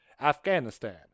Afghanistan